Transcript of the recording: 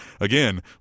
again